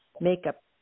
makeup